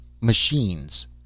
machines